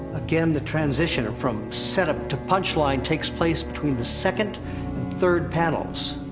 again, the transition, from set-up to punchline takes place between the second and third panels.